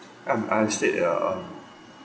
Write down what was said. um I said ya um